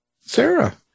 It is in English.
Sarah